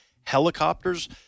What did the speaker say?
helicopters